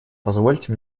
позвольте